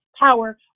Power